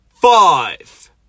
Five